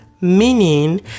Meaning